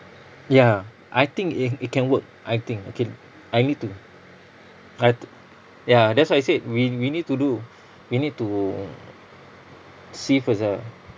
ya I think it it can work I think okay look I need to I t~ ya that's why I said we we need to do we need to see first ah